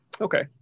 Okay